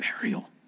burial